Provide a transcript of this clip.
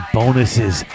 bonuses